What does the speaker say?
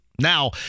Now